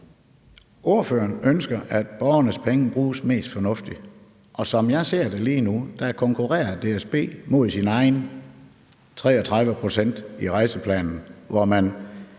Spørgeren ønsker, at borgernes penge bruges mest fornuftigt. Som jeg ser det lige nu, konkurrerer DSB mod sine egne 33 pct. i Rejsekort & Rejseplan A/S, hvor man